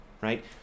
right